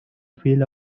feel